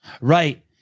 Right